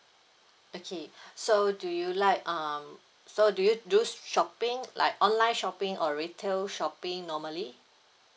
okay so do you like um so do you do shopping like online shopping or retail shopping normally